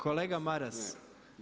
Kolega Maras.